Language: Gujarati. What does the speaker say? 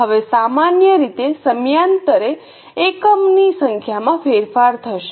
હવે સામાન્ય રીતે સમયાંતરે એકમની સંખ્યામાં ફેરફાર થશે